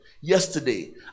yesterday